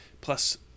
Plus